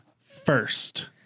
first